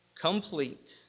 complete